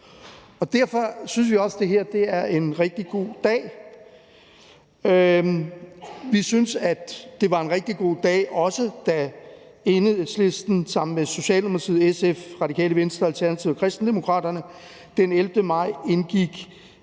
Derfor synes vi også, at det her er en rigtig god dag. Vi synes også, at det var en rigtig god dag, da Enhedslisten sammen med Socialdemokratiet, SF, Radikale Venstre, Alternativet og Kristendemokraterne den 11. maj indgik